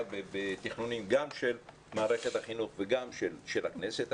בתכנון גם של מערכת החינוך וגם של הכנסת,